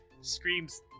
screams